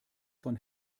von